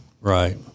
Right